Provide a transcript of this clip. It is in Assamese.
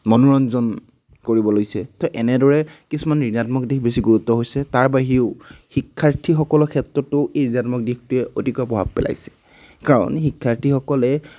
মনোৰঞ্জন কৰিব লৈছে ত' এনেদৰে কিছুমান ঋণাত্মক দিশ বেছি গুৰুত্ব হৈছে তাৰ বাহিৰেও শিক্ষাৰ্থীসকলৰ ক্ষেত্ৰটো এই ঋণাত্মক দিশটোৱে অতিকৈ প্ৰভাৱ পেলাইছে কাৰণ শিক্ষাৰ্থীসকলে